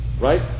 right